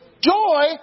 Joy